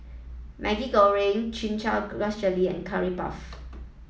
Maggi Goreng chin chow grass jelly and curry puff